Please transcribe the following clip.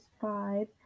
five